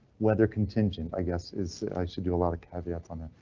weather contingent i guess is i should do a lot of caveats on there.